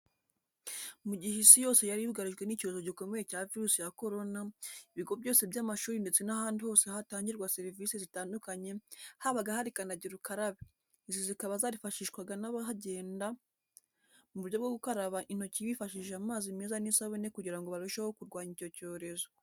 Mu gihe isi yose yari yugarijwe n'icyorezo gikomeye cya virusi ya korona, ibigo byose by'amashuri ndetse n'ahandi hose hatangirwa serivise zitandukanye habaga hari kandagira ukarabe, izi zikaba zarifashishwaga n'abahagenda mu buryo bwo gukaraba intoki bifashishije amazi meza n'isabune kugira ngo barusheho kurwanya icyo cyorezo.